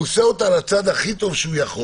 הוא עושה אותה על הצד הכי טוב שהוא יכול.